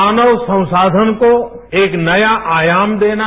मानव संसाधन को एक नया आयाम देना